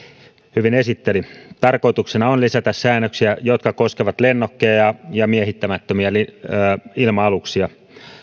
hyvin esitteli tarkoituksena on lisätä säännöksiä jotka koskevat lennokkeja ja miehittämättömiä ilma aluksia